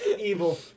Evil